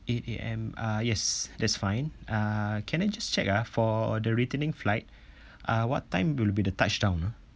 eight A_M uh yes that's fine uh can I just check ah for the returning flight uh what time will be the touch down ah